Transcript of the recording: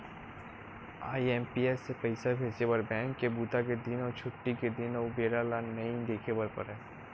IMPS से पइसा भेजे बर बेंक के बूता के दिन अउ छुट्टी के दिन अउ बेरा ल नइ देखे बर परय